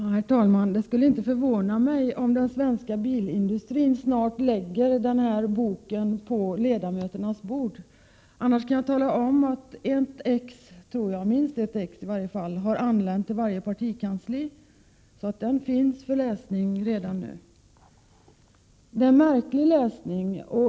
Herr talman! Det skulle inte förvåna mig om den svenska bilindustrin snart lägger den här boken på ledamöternas bord. Minst ett exemplar har skickats till varje partikansli, varför boken finns att läsa redan nu. Det är en märklig läsning.